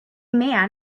man